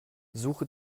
suche